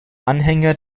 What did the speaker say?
anhänger